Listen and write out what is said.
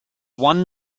one